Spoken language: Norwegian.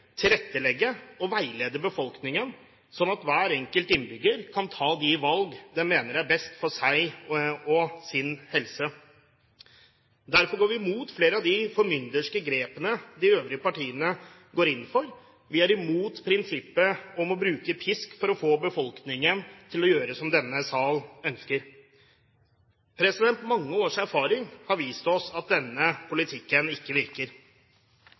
tilrettelegge og veilede befolkningen sånn at hver enkelt innbygger kan ta de valg som de mener er best for seg og sin helse. Derfor går vi imot flere av de formynderske grepene de øvrige partiene går inn for. Vi er imot prinsippet om å bruke pisk for å få befolkningen til å gjøre som denne sal ønsker. Mange års erfaring har vist oss at denne politikken ikke virker.